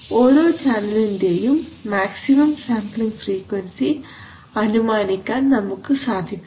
ഓരോ ചാനലിന്റെയും maximum sampling frequency അനുമാനിക്കാൻ നമുക്ക് സാധിക്കണം